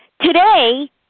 Today